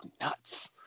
nuts